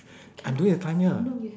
I'm doing the time here